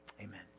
Amen